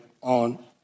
on